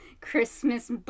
Christmas